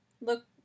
look